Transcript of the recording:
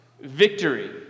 victory